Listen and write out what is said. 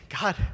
God